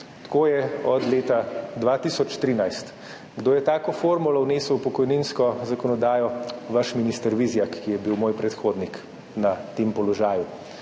Tako je od leta 2013. Kdo je vnesel v pokojninsko zakonodajo tako formulo? Vaš minister Vizjak, ki je bil moj predhodnik na tem položaju.